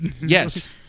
yes